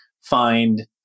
find